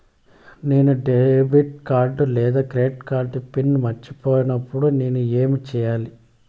నేను debit card లేదా credit card PIN మర్చిపోయినప్పుడు నేను ఏమి సెయ్యాలి?